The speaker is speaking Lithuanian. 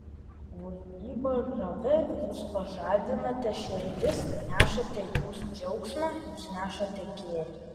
vaidyba žavia jūs pažadinate širdis nešate jūs džiaugsmą jūs nešate gėrį